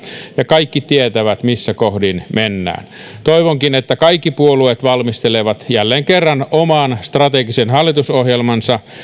ja kaikki tietävät missä kohdin mennään toivonkin että kaikki puolueet valmistelevat jälleen kerran oman strategisen hallitusohjelmansa